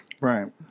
right